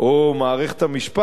או מערכת המשפט,